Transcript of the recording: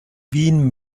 wien